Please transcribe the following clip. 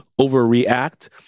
overreact